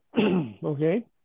Okay